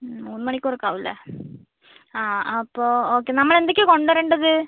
മൂന്ന് മണിക്കൂറൊക്കെ ആവും അല്ലേ ആ അപ്പോൾ ഓക്കെ നമ്മൾ എന്തൊക്കെയാണ് കൊണ്ടുവരേണ്ടത്